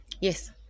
Yes